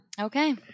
Okay